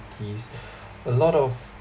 a lot of